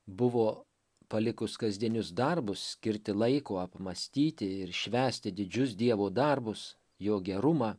buvo palikus kasdienius darbus skirti laiko apmąstyti ir švęsti didžius dievo darbus jo gerumą